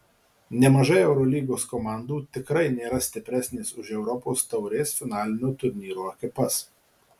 nemažai eurolygos komandų tikrai nėra stipresnės už europos taurės finalinio turnyro ekipas